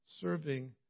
Serving